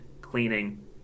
cleaning